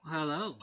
Hello